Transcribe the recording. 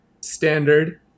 standard